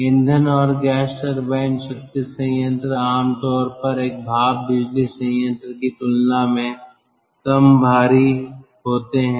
ईंधन और gas turbine शक्ति संयंत्र आम तौर पर एक भाप बिजली संयंत्र की तुलना में कम भारी होते हैं